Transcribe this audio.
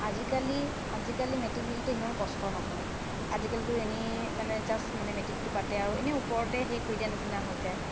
আজিকালি আজিকালি মেট্ৰিক দিওঁতে ইমান কষ্ট নহয় আজিকালিতো এনেই মানে জাষ্ট মানে মেটিকটো পাতে আৰু এনেই ওপৰতে সেই কৰি দিয়া নিচিনা হৈ যায়